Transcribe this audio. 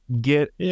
get